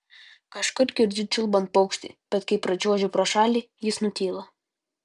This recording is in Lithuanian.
kažkur girdžiu čiulbant paukštį bet kai pračiuožiu pro šalį jis nutyla